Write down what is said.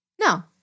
No